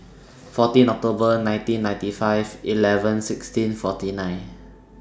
fourteen October nineteen ninety five eleven sixteen forty nine